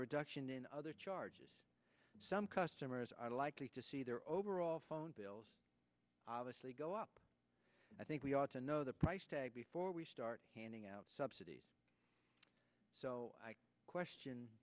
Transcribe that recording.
reduction in other charges some customers are likely to see their overall phone bills obviously go up i think we ought to know the price tag before we start handing out subsidies so i question